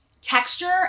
texture